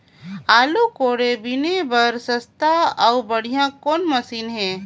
आलू कोड़े बीने बर सस्ता अउ बढ़िया कौन मशीन हे?